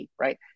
right